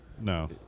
No